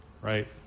right